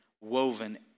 woven